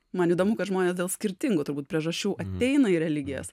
man įdomu kad žmonės dėl skirtingų turbūt priežasčių ateina į religijas